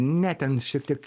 ne ten šiek tiek